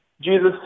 Jesus